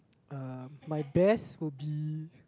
uh my best will be